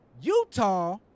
Utah